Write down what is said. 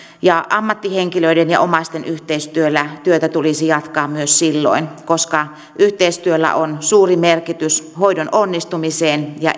ammattihenkilöiden ja omaisten yhteistyöllä työtä tulisi jatkaa myös silloin koska yhteistyöllä on suuri merkitys hoidon onnistumisen ja